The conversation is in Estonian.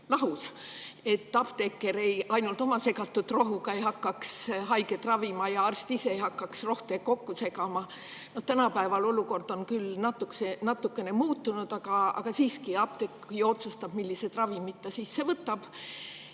lahus, et apteeker ainult oma segatud rohuga ei hakkaks haiget ravima ja arst ise ei hakkaks rohte kokku segama. Tänapäeval on olukord küll natukene muutunud, aga siiski apteek ju otsustab, millised ravimid ta sisse võtab.